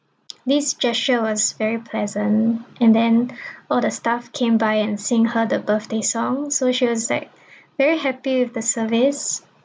these gesture was very pleasant and then all the staff came by and sing her the birthday song so she was like very happy with the service